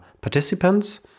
participants